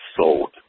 sold